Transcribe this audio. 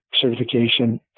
certification